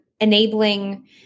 enabling